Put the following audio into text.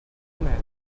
mère